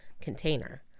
container